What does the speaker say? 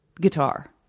guitar